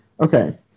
Okay